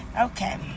okay